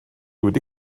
wedi